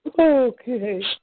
Okay